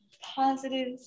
positive